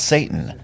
Satan